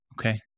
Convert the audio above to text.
Okay